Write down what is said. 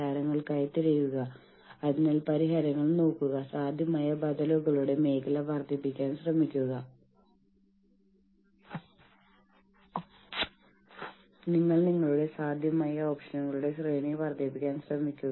നമ്മൾ അത് നമ്മളുടെ സിസ്റ്റങ്ങളിലേക്ക് അവരുടെ ജോലികൾ ഉറപ്പാക്കപ്പെടുന്ന രീതിയിലേക്ക് നമ്മൾ നിർമ്മിക്കുന്നു